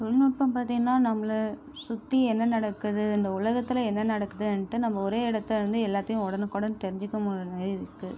தொழில்நுட்பம் பார்த்திங்கன்னா நம்மள சுற்றி என்ன நடக்குது இந்த உலகத்தில் என்ன நடக்குதுன்டு நம்ம ஒரே இடத்துலந்து நம்ம எல்லாத்தையும் உடனுக்குடன் தெரிஞ்சிக்க முடியுற மாதிரியிருக்கு